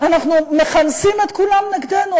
אנחנו מכנסים את כולם נגדנו.